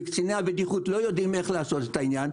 וקציני הבטיחות לא יודעים איך לעשות את העניין,